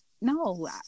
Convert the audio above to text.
no